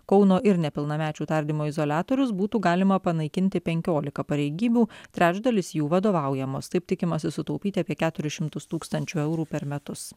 kauno ir nepilnamečių tardymo izoliatorius būtų galima panaikinti penkiolika pareigybių trečdalis jų vadovaujamos taip tikimasi sutaupyti apie keturis šimtus tūkstančių eurų per metus